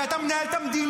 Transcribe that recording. כי אתה מנהל את המדינה.